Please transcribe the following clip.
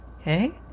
Okay